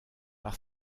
par